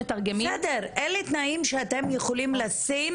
בסדר, אלה תנאים שאתם יכולים לשים